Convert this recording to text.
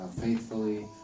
faithfully